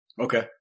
Okay